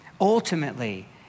Ultimately